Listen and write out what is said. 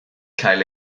cael